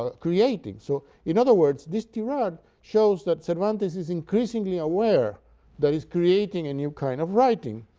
ah creating. so, in other words, this tirade shows that cervantes is increasingly aware that he's creating a new kind of writing,